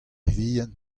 vihan